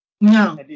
No